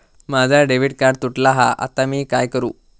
माझा debit card तुटला हा आता मी काय करू?